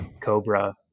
Cobra